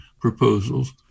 proposals